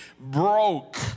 broke